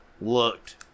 looked